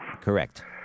Correct